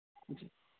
جی